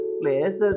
place